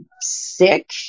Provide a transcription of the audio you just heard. sick